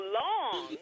long